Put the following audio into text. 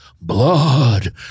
blood